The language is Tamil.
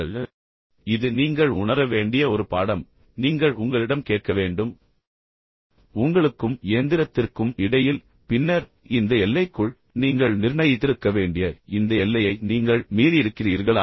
இப்போது இது நீங்கள் உணர வேண்டிய ஒரு பாடம் பின்னர் நீங்கள் உங்களிடம் கேட்க வேண்டும் உங்களுக்கும் இயந்திரத்திற்கும் இடையில் பின்னர் இந்த எல்லைக்குள் நீங்கள் நிர்ணயித்திருக்க வேண்டிய இந்த எல்லையை நீங்கள் மீறியிருக்கிறீர்களா